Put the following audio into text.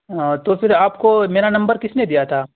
تو پھر آپ کو میرا نمبر کس نے دیا تھا